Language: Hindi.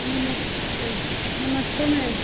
नमस्ते नमस्ते मैम